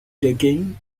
taken